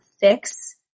fix